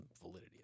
validity